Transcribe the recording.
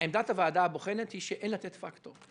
עמדת הוועדה הבוחנת היא שאין לתת פקטור.